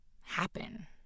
happen